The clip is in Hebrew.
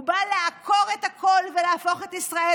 הוא בא לעקור הכול ולהפוך את ישראל